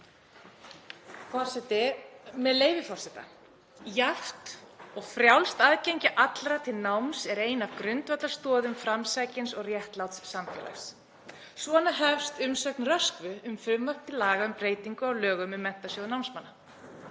Forseti. Með leyfi forseta: „Jafnt og frjálst aðgengi allra til náms er ein af grundvallarstoðum framsækins og réttláts samfélags.“ Svona hefst umsögn Röskvu um frumvarp til laga um breytingu á lögum um Menntasjóð námsmanna.